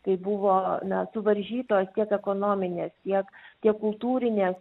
tai buvo na suvaržytos tiek ekonominės tiek tiek kultūrinės